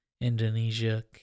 Indonesia